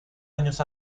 años